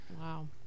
Wow